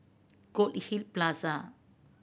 Goldhill Plaza